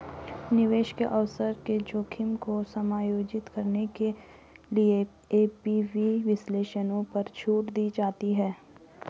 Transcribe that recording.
निवेश के अवसर के जोखिम को समायोजित करने के लिए एन.पी.वी विश्लेषणों पर छूट दी जाती है